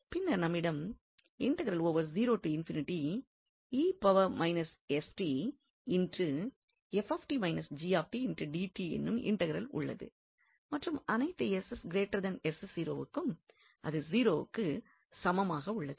பின்னர் நம்மிடம் என்னும் இன்டெக்ரல் உள்ளது மற்றும் அனைத்து க்கும் அது 0 க்கு சமமாக உள்ளது